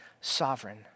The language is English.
sovereign